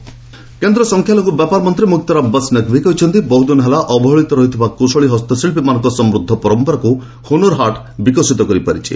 ନକ୍ବି କେନ୍ଦ୍ର ସଂଖ୍ୟାଲଘୁ ବ୍ୟାପାର ମନ୍ତ୍ରୀ ମୁକ୍ତାର ଆବାସ୍ ନକ୍ବି କହିଛନ୍ତି ବହୁଦିନ ହେଲା ଅବହେଳିତ ରହିଥିବା କୁଶଳୀ ହସ୍ତଶିଳ୍ପୀମାନଙ୍କର ସମୃଦ୍ଧ ପରମ୍ପରାକୁ ହୁନରହାଟ୍ ବିକଶିତ କରିପାରିଛି